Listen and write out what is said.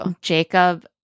Jacob